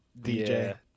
DJ